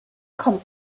kommt